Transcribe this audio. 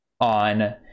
on